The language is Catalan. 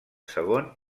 segon